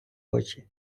очі